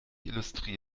illustriert